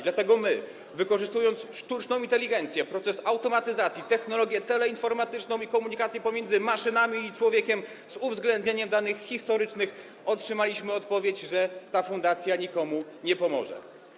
Dlatego my, wykorzystując sztuczną inteligencję, proces automatyzacji, technologię teleinformatyczną i komunikację pomiędzy maszynami a człowiekiem, z uwzględnieniem danych historycznych, otrzymaliśmy odpowiedź, że ta fundacja nikomu nie pomoże.